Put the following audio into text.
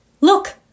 Look